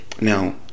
now